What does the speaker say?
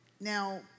now